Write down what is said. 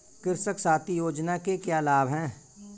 कृषक साथी योजना के क्या लाभ हैं?